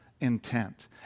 intent